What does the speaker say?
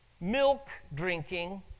milk-drinking